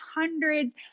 hundreds